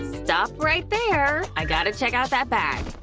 stop right there. i gotta check out that bag.